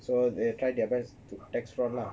so they try their best to tax fraud lah